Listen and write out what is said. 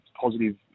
positive